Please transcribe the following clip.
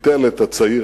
ביטל את "הצעיר",